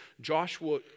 Joshua